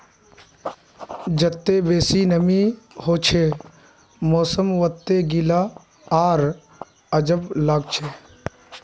जत्ते बेसी नमीं हछे मौसम वत्ते गीला आर अजब लागछे